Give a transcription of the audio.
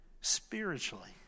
spiritually